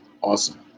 Awesome